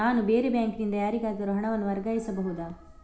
ನಾನು ಬೇರೆ ಬ್ಯಾಂಕ್ ನಿಂದ ಯಾರಿಗಾದರೂ ಹಣವನ್ನು ವರ್ಗಾಯಿಸಬಹುದ?